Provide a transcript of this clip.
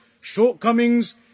shortcomings